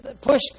push